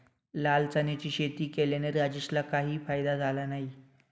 लाल चण्याची शेती केल्याने राजेशला काही फायदा झाला नाही